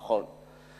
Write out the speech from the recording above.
נכון.